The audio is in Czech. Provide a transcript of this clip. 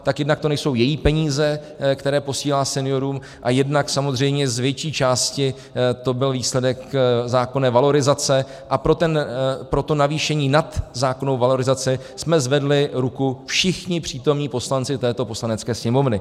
Tak jednak to nejsou její peníze, které posílá seniorům, a jednak samozřejmě z větší části to byl výsledek zákonné valorizace, a pro to navýšení nad zákonnou valorizaci jsme zvedli ruku všichni přítomní poslanci této Poslanecké sněmovny.